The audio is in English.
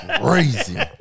crazy